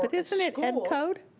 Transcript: isn't it ed code?